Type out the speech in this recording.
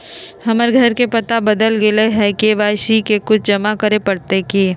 हमर घर के पता बदल गेलई हई, के.वाई.सी में कुछ जमा करे पड़तई की?